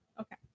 Okay